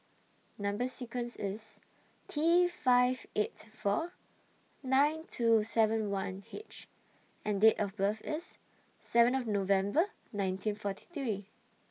Number sequence IS T five eight four nine two seven one H and Date of birth IS seventh November nineteen forty three